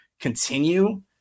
continue